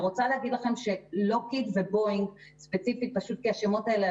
אני רוצה להגיד לכם שלוקהיד ובואינג ספציפית פשוט כי השמות האלה